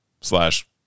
slash